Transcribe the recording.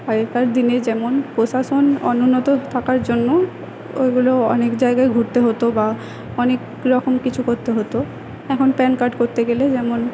আগেকার দিনে যেমন প্রশাসন অনুন্নত থাকার জন্য ওগুলো অনেক জায়গায় ঘুরতে হতো বা অনেক রকম কিছু করতে হতো এখন প্যান কার্ড করতে গেলে যেমন